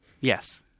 Yes